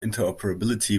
interoperability